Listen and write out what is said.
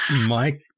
Mike